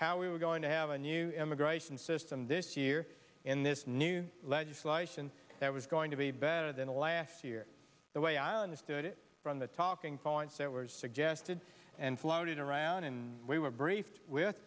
how we were going to have a new immigration system this year in this new legislation that was going to be better than last year the way i understood it from the talking points that were suggested and floated around and we were briefed where